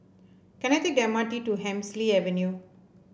can I take the M R T to Hemsley Avenue